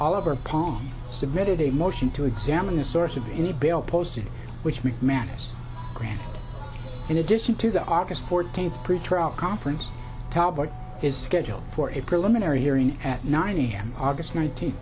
oliver palm submitted a motion to examine the source of any bail posted which mcmanus graham in addition to the august fourteenth pretrial conference is scheduled for a preliminary hearing at nine a m august nineteen